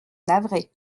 navré